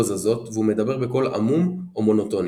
זזות והוא מדבר בקול עמום או מונוטוני.